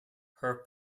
her